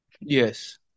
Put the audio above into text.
Yes